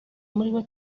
muribo